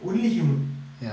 only human